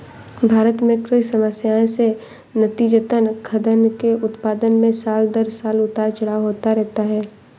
भारत में कृषि समस्याएं से नतीजतन, खाद्यान्न के उत्पादन में साल दर साल उतार चढ़ाव होता रहता है